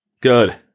good